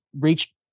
reached